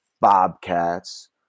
bobcats